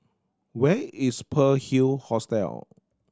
where is Pearl Hill Hostel